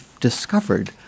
discovered